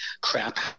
crap